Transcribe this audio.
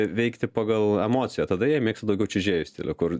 veikti pagal emociją tada jie mėgsta daugiau čiuožėjo stilių kur